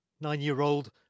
Nine-year-old